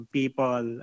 people